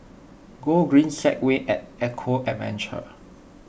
Gogreen Segway at Eco Adventure